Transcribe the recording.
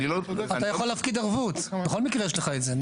אתה יכול להפקיד ערבות, בכל מקרה יש לך את זה.